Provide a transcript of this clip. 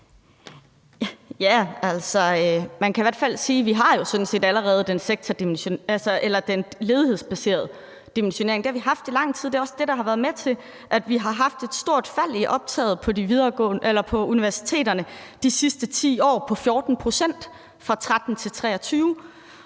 Ja, man kan i hvert fald sige, at vi jo sådan set faktisk allerede har den ledighedsbaserede dimensionering. Det har vi haft i lang tid, og det er også det, der har været med til, at vi har haft et stort fald i optaget på universiteterne de sidste 10 år på 14 pct., fra 2013 til 2023.